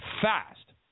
Fast